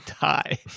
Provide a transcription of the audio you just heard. die